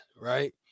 right